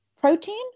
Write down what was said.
protein